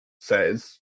says